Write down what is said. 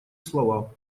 слова